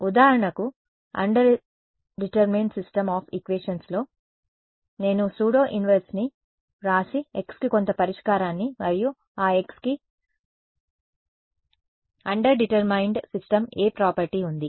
ఉదాహరణకు underdetermined system of ఈక్వేషన్స్లో నేను సూడో ఇన్వర్స్ని వ్రాసి x కు కొంత పరిష్కారాన్ని మరియు ఆ x కి అండర్డెర్మినేడ్ సిస్టమ్ ఏ ప్రాపర్టీ ఉంది